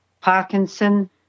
Parkinson